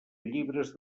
llibres